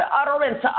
utterance